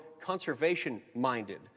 conservation-minded